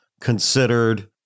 considered